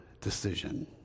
decision